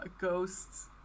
ghosts